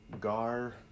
Gar